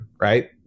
right